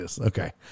okay